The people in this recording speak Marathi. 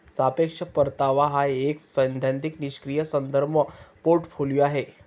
सापेक्ष परतावा हा एक सैद्धांतिक निष्क्रीय संदर्भ पोर्टफोलिओ आहे